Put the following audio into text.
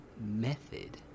method